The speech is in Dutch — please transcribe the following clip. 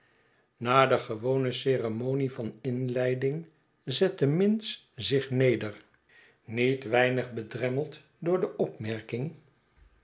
na de gewone ceremonie van inleiding zette minns zich neder niet weinig bedremmeld door de opmerking